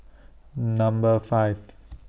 Number five